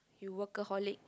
you workaholic